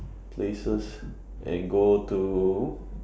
places and go to